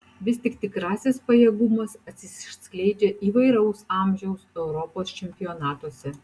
vis tik tikrasis pajėgumas atsiskleidžia įvairaus amžiaus europos čempionatuose